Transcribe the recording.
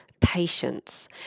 patience